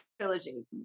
trilogy